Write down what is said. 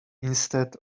instead